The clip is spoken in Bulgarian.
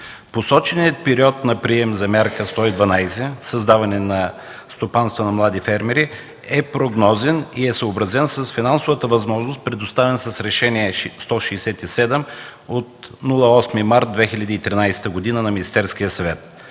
Посоченият период на прием за мярка 112 – създаване на стопанства на млади фермери, е прогнозен и е съобразен с финансовата възможност, предоставена с Решение № 167 от 8 март 2013 г. на Министерския съвет,